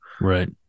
Right